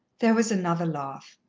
there was another laugh.